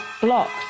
blocked